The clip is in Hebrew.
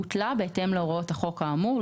בוטלה בהתאם להוראות החוק האמור,